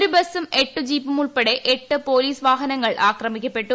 ഒരു ബസും എട്ടു ജീപ്പും ഉൾപ്പെടെ എട്ടു പോലീസ് വാഹനങ്ങൾ ആക്രമിക്കപ്പെട്ടു